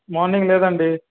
morning లేదండి